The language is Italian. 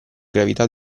gravità